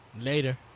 Later